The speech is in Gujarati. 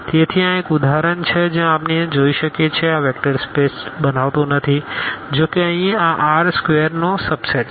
તેથી આ એક ઉદાહરણ છે જ્યાં આપણે જોઈ શકીએ કે આ અહીં વેક્ટર સ્પેસ બનાવતું નથી જો કે અહીં આ આ R સ્ક્વેરનો સબસેટ છે